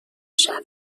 شود